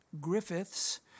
Griffiths